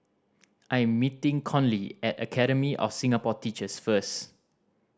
I am meeting Conley at Academy of Singapore Teachers first